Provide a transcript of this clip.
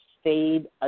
stayed